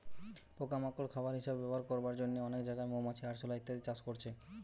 পোকা মাকড় খাবার হিসাবে ব্যবহার করবার জন্যে অনেক জাগায় মৌমাছি, আরশোলা ইত্যাদি চাষ করছে